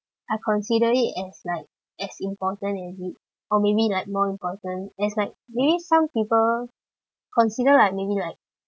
I consider it as like as important as it or maybe like more important there's like maybe some people consider like maybe like